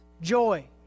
Joy